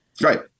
Right